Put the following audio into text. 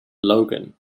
logan